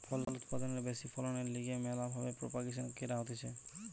ফল উৎপাদনের ব্যাশি ফলনের লিগে ম্যালা ভাবে প্রোপাগাসন ক্যরা হতিছে